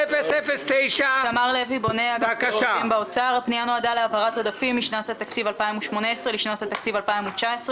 41-009. הפנייה נועדה להעברת עודפים משנת התקציב 2018 לשנת התקציב 2019,